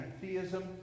theism